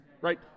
right